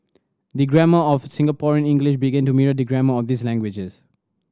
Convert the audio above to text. the grammar of Singaporean English begin to mirror the grammar of these languages